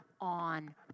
on